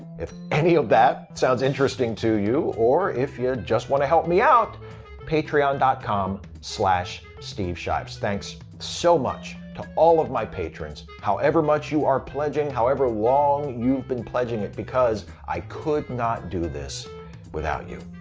if any of that sounds interesting to you, or if you just wanna help me out patreon and com steveshives. thanks so much to all of my patrons, however much you are pledging, however long you've been pledging it, because i could not do this without you.